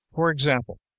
for example,